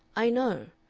i know.